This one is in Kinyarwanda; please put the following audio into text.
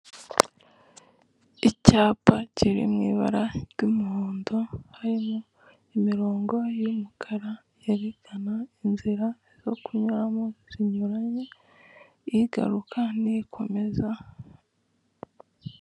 Icyapa kiri mu ibara ry'umuhondo harimo imirongo y'umukara yerekana inzira zo kunyuramo zinyuranye igaruka n'ikomeza.